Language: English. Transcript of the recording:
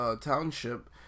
Township